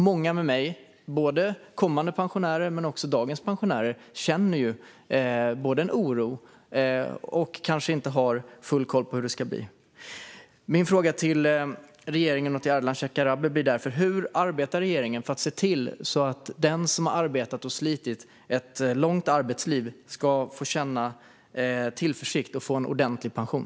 Många med mig, både kommande pensionärer och dagens pensionärer, känner en oro och har kanske inte full koll på hur det ska bli. Min fråga till regeringen och till Ardalan Shekarabi blir därför: Hur arbetar regeringen för att se till att den som har arbetat och slitit i ett långt arbetsliv ska få känna tillförsikt och få en ordentlig pension?